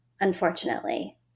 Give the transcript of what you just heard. unfortunately